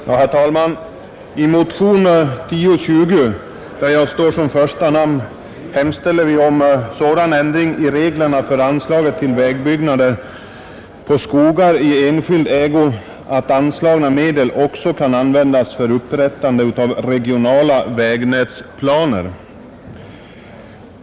Herr talman! I motion 1020, där jag står som första namn, hemställer vi om sådan ändring i reglerna för anslaget till Vägbyggnader på skogar i enskild ägo att anslagets medel också kan användas för upprättande av regionala vägnätsplaner.